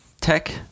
tech